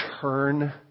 turn